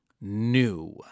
new